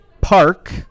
Park